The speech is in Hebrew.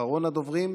אחרון הדוברים.